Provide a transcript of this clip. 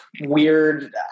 weird